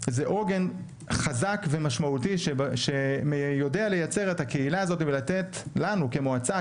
זה עוגן חזק ומשמעותי שיודע לייצר את הקהילה הזאת ולתת לנו כמועצה,